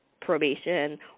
probation